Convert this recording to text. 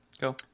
Go